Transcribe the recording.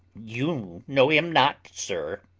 you know him not, sir.